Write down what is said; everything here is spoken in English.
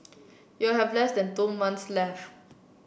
you have less than two months left